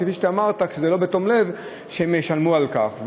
כפי שאתה אמרת: כשזה לא בתום לב, שהם ישלמו על כך.